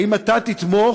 האם אתה תתמוך,